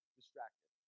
distracted